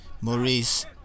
Maurice